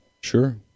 Sure